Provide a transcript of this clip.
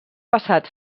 passat